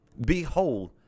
Behold